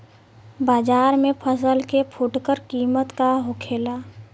बाजार में फसल के फुटकर कीमत का होखेला?